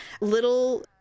little